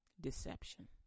Deception